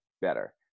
better